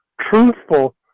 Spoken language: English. truthful